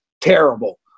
terrible